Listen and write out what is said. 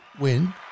win